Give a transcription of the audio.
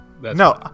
No